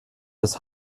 das